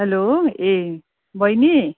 hello ए बहिनी